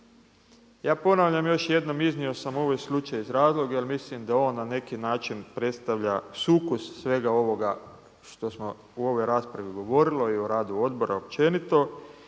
Ja ponavljam još jednom, iznio sam ovaj slučaj iz razloga jer mislim da on na neki način predstavlja sukus svega ovoga što smo u ovoj raspravi govorili i o radu odbora općenito